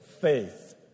faith